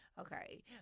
okay